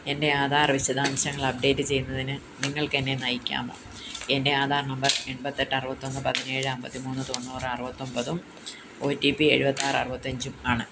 എൻ്റെ ആധാർ വിശദാംശങ്ങൾ അപ്ഡേറ്റ് ചെയ്യുന്നതിന് നിങ്ങൾക്ക് എന്നെ നയിക്കാമോ എൻ്റെ ആധാർ നമ്പർ എൺപത്തെട്ട് അറുപത്തൊന്ന് പതിനേഴ് അമ്പത്തിമൂന്ന് തൊണ്ണൂറ് അറുപത്തൊമ്പതും ഒ ടി പി എഴുപത്താറ് അറുപത്തഞ്ചും ആണ്